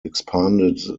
expanded